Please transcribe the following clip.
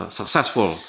successful